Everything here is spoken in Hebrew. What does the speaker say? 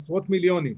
עשרות מיליונים,